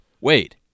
Wait